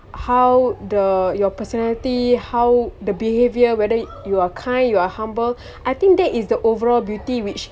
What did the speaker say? how the your personality how the behaviour whether you are kind you are humble I think that is the overall beauty which